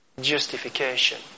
justification